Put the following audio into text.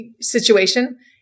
situation